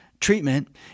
treatment